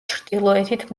ჩრდილოეთით